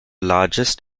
largest